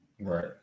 Right